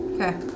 Okay